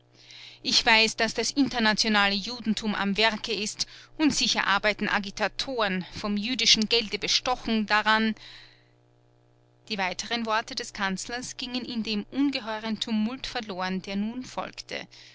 ich weiß daß das internationale judentum am werke ist und sicher arbeiten agitatoren von jüdischem gelde bestochen daran die weiteren worte des kanzlers gingen in dem ungeheuren tumult verloren der nun folgte